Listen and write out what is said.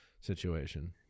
situation